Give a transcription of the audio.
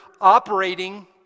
operating